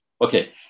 Okay